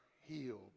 healed